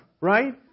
right